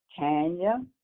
Tanya